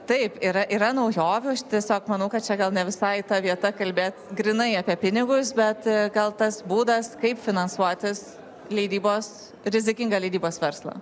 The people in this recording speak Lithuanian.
taip yra yra naujovių aš tiesiog manau kad čia gal ne visai ta vieta kalbėt grynai apie pinigus bet gal tas būdas kaip finansuotis leidybos rizikingą leidybos verslą